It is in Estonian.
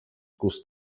kust